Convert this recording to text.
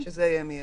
שזה יהיה מיידי.